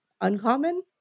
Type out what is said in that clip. uncommon